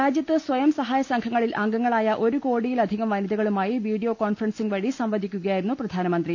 രാജ്യത്ത് സ്വയംസഹായസംഘങ്ങളിൽ അംഗങ്ങളായ ഒരു കോടിയിൽ അധികം വനിതകളുമായി വീഡിയോ കോൺഫ്രൻസിംഗ് വഴി സംവദിക്കുകയായിരുന്നു പ്രധാനമന്ത്രി